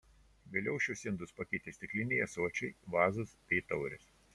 vėliau šiuos indus pakeitė stikliniai ąsočiai vazos bei taurės